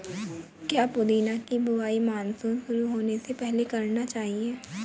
क्या पुदीना की बुवाई मानसून शुरू होने से पहले करना चाहिए?